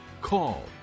call